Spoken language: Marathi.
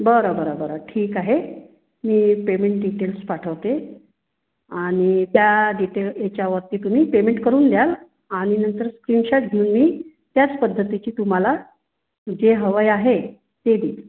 बरं बरं बरं ठीक आहे मी पेमेंट डीटेल्स पाठवते आणि त्या डिटेल याच्यावरती तुम्ही पेमेंट करुन द्याल आणि नंतर स्क्रिनशॉट घेऊन मी त्याच पद्धतीची तुम्हाला जे हवं आहे आहे ते देईन